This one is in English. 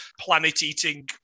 planet-eating